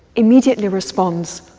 immediately responds,